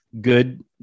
Good